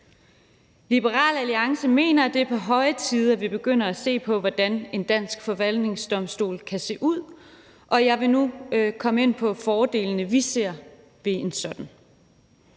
Liberal Alliance mener, at det er på høje tid, at vi begynder at se på, hvordan en dansk forvaltningsdomstol kan se ud, og jeg vil nu komme ind på fordelene, vi ser ved en sådan.